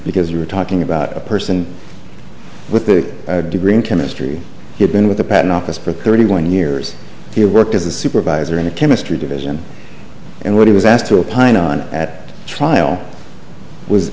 because you were talking about a person with a degree in chemistry he had been with the patent office for thirty one years he worked as a supervisor in a chemistry division and what he was asked to upon on at trial was